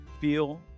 feel